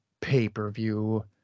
pay-per-view